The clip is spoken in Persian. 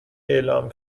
اعلام